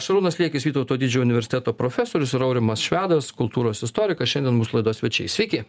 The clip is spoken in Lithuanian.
šarūnas liekis vytauto didžiojo universiteto profesorius ir aurimas švedas kultūros istorikas šiandien mūsų laidos svečiai sveiki